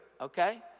okay